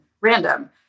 random